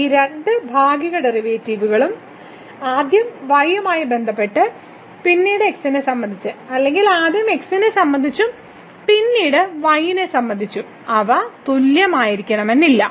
ഈ രണ്ട് ഭാഗിക ഡെറിവേറ്റീവുകളും ആദ്യം y യുമായി ബന്ധപ്പെട്ട് പിന്നീട് x നെ സംബന്ധിച്ച് അല്ലെങ്കിൽ ആദ്യം x നെ സംബന്ധിച്ചും പിന്നീട് y നെ സംബന്ധിച്ചും അവ തുല്യമാകണമെന്നില്ല